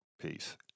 peace